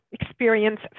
experience